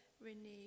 renew